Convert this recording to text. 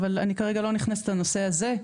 אבל אני כרגע לא נכנסת לנושא הזה.